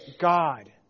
God